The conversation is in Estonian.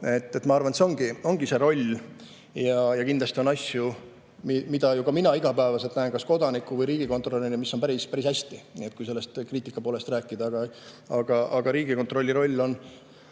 Ma arvan, et see ongi see roll. Ja kindlasti on asju, mida ka mina igapäevaselt näen kas kodaniku või riigikontrolörina, mis on päris hästi, kui sellest kriitika poolest rääkida. Riigikontrolli roll on